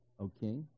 okay